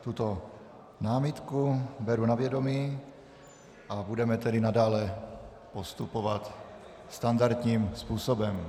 Tuto námitku beru na vědomí a budeme tedy nadále postupovat standardním způsobem.